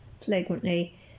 flagrantly